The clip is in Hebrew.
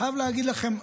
חייב להגיד לכם,